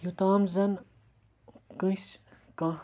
یوٚتام زَن کٲنٛسہِ کانٛہہ